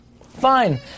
Fine